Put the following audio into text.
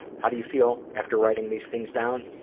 how do you feel after writing these things down?